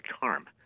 harm